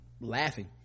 laughing